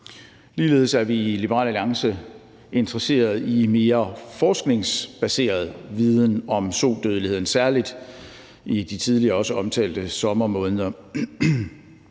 Ligeledes er vi i Liberal Alliance interesseret i mere forskningsbaseret viden om sodødeligheden, særlig i de tidligere også omtalte sommermåneder.